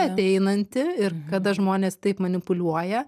ateinanti ir kada žmonės taip manipuliuoja